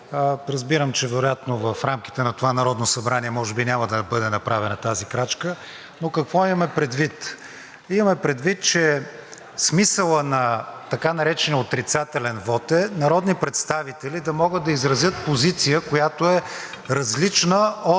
Разбирам, че вероятно в рамките на това Народно събрание може би няма да бъде направена тази крачка, но какво имаме предвид. Имаме предвид, че смисълът на така наречения отрицателен вот е народни представители да могат да изразят позиция, която е различна от